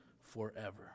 forever